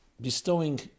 Bestowing